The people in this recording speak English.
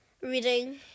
Reading